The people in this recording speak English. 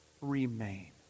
remain